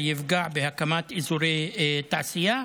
וזה יפגע בהקמת אזורי תעשייה,